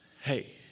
Hey